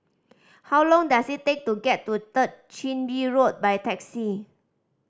how long does it take to get to Third Chin Bee Road by taxi